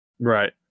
Right